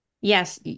Yes